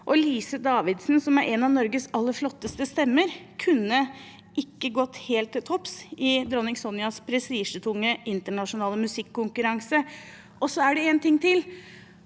Lise Davidsen, som er en av Norges aller flotteste stemmer, kunne ikke gått helt til topps i dronning Sonjas prestisjetunge internasjonale musikkonkurranse. Det er også enda en ting,